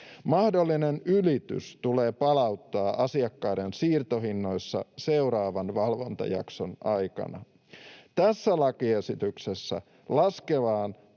Mahdollinen ylitys tulee palauttaa asiakkaiden siirtohinnoissa seuraavan valvontajakson aikana. Tässä lakiesityksessä laskeva